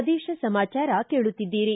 ಪ್ರದೇಶ ಸಮಾಚಾರ ಕೇಳುತ್ತಿದ್ದೀರಿ